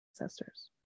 ancestors